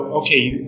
okay